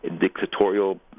dictatorial